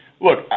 look